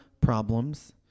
problems